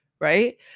right